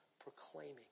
proclaiming